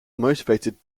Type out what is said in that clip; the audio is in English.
motivated